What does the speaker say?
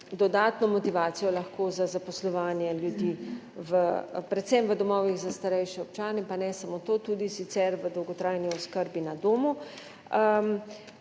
dodatno motivacijo za zaposlovanje ljudi, predvsem v domovih za starejše občane, pa ne samo to, tudi sicer v dolgotrajni oskrbi na domu.